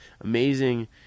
amazing